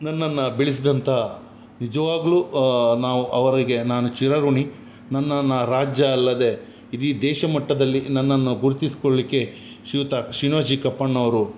ನನ್ನನ್ನ ಬೆಳೆಸ್ದಂತ ನಿಜವಾಗಲು ನಾವು ಅವರಿಗೆ ನಾನು ಚಿರಋಣಿ ನನ್ನನ್ನು ರಾಜ್ಯ ಅಲ್ಲದೆ ಇದೀ ದೇಶ ಮಟ್ಟದಲ್ಲಿ ನನ್ನನ್ನು ಗುರುತಿಸ್ಕೊಳ್ಳಿಕ್ಕೆ ಶ್ರೀಯುತ ಶ್ರೀನಿವಾಸ್ ಜಿ ಕಪ್ಪಣ್ಣವರು